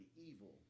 evil